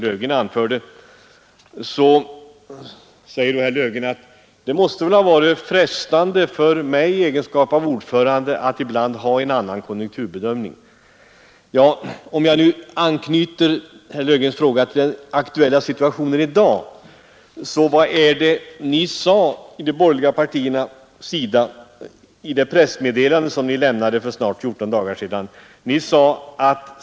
Herr Löfgren säger att det borde ha varit frestande för mig i egenskap av ordförande att ibland ha en annan konjunkturbedömning. Låt mig då anknyta till den aktuella situationen i dag. Vad sade de borgerliga partierna i det pressmeddelande de lämnade för snart 14 dagar sedan?